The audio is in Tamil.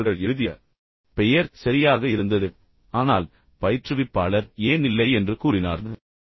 இங்கே அவர்கள் எழுதிய பெயர் சரியாக இருந்தது அவர்கள் அனைத்து நல்ல பழக்கவழக்கங்களையும் கொண்டிருந்தனர் ஆனால் பயிற்றுவிப்பாளர் ஏன் இல்லை என்று கூறினார்